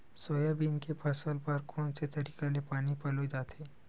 Soybean के फसल बर कोन से तरीका ले पानी पलोय जाथे?